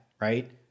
right